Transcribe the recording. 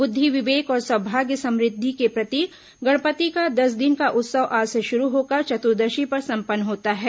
बुद्धि विवेक और सौभाग्य समृद्धि के प्रतीक गणपति का दस दिन का उत्सव आज से शुरु होकर चतुर्दशी पर सम्पन्न होता है